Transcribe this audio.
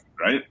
right